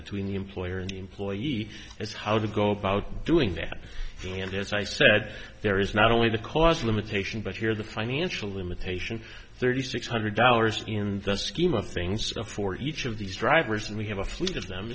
between the employer and employee is how to go about doing that and as i said there is not only the clause limitation but here the financial limitation thirty six hundred dollars in the scheme of things for each of these drivers and we have a fleet of them